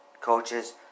coaches